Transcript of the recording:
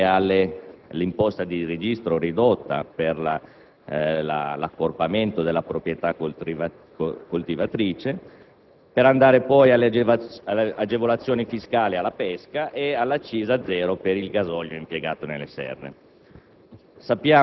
per passare poi all'imposta di registro ridotta per l'accorpamento della proprietà coltivatrice, fino ad arrivare alle agevolazioni fiscali alla pesca e all'accisa zero per il gasolio impiegato nelle serre.